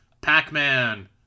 Pac-Man